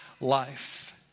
life